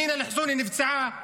אמינה אל-חסוני נפצעה